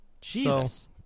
Jesus